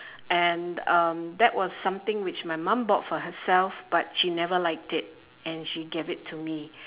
and um that was something which my mom bought for herself but she never liked it and she gave it to me